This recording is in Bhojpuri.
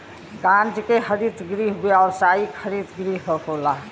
कांच के हरित गृह व्यावसायिक हरित गृह होला